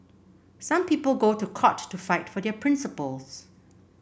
some people go to court to fight for their principles